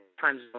times